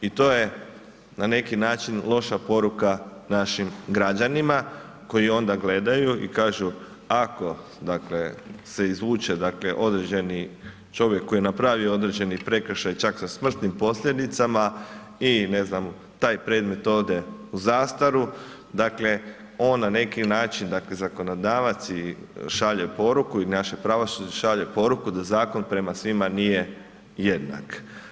I to je na neki način loša poruka našim građanima koji onda gledaju i kažu, ako dakle se izvuče dakle određeni čovjek koji je napravio određeni prekršaj čak sa smrtnim posljedicama i ne znam taj predmet ode u zastaru, dakle on na neki način, dakle zakonodavac i šalje poruku i naše pravosuđe šalje poruku da zakon prema svima nije jednak.